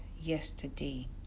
yesterday